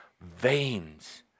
veins